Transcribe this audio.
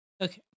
Okay